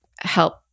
help